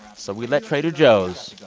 so we let trader joe's,